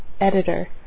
editor